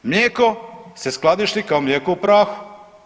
Mlijeko se skladišti kao mlijeko u prahu.